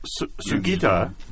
Sugita